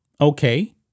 Okay